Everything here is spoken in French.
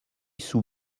sous